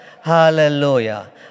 Hallelujah